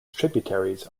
tributaries